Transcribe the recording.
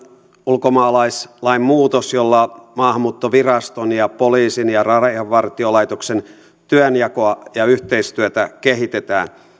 ulkomaalaislain muutos jolla maahanmuuttoviraston poliisin ja rajavartiolaitoksen työnjakoa ja yhteistyötä kehitetään